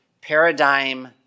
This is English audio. paradigm